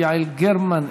יעל גרמן,